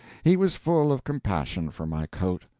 he was full of compassion for my coat.